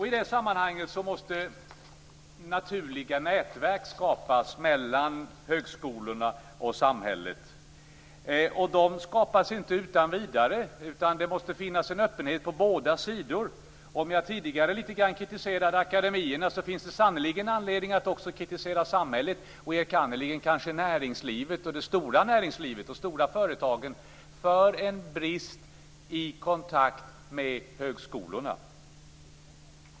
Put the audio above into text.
I det sammanhanget måste naturliga nätverk skapas mellan högskolorna och samhället. Dessa skapas inte utan vidare. Det måste finnas en öppenhet på båda sidor. Om jag tidigare litet grand kritiserade akademierna finns det sannerligen anledning att också kritisera samhället - enkannerligen kanske näringslivet, det stora näringslivet och de stora företagen, - för en brist i kontakten med högskolorna.